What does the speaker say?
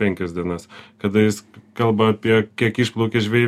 dienaspenkias kada jis kalba apie kiek išplaukė žvejai